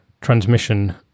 transmission